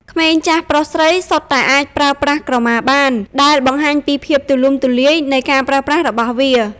ក្មេង ចាស់ ប្រុស ស្រី សុទ្ធតែអាចប្រើប្រាស់ក្រមាបាន ដែលបង្ហាញពីភាពទូលំទូលាយនៃការប្រើប្រាស់របស់វា។